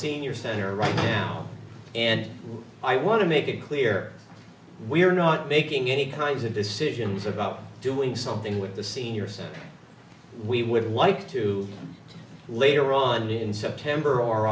senior center right now and i want to make it clear we're not making any kinds of decisions about doing something with the senior so we would like to later on in september or